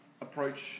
approach